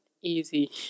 easy